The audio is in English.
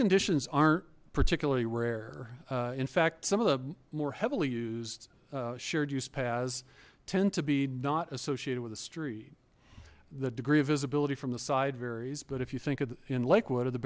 conditions aren't particularly rare in fact some of the more heavily used shared use paths tend to be not associated with the street the degree of visibility from the side varies but if you think of in lakewood or the